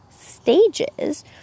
stages